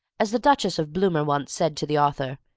as the duchess of bloomer once said to the author,